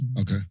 Okay